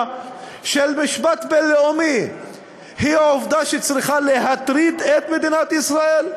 של משפט בין-לאומי היא עובדה שצריכה להטריד את מדינת ישראל,